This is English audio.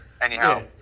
Anyhow